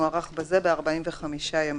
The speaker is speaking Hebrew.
מוארך בזה ב-45 ימים.